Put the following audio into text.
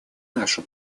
нашу